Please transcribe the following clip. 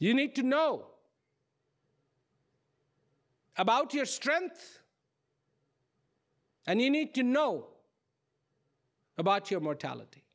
you need to know about your strength and you need to know about your mortality